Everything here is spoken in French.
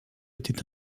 était